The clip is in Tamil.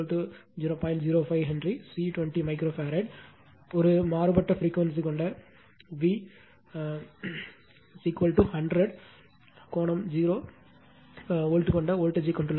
05 ஹென்றி C 20 மைக்ரோ ஃபாரட் ஒரு மாறுபட்ட பிரிக்வேன்சி கொண்ட V 100 கோணம் 0 வோல்ட் கொண்ட வோல்ட்டேஜ் ஐ கொண்டுள்ளது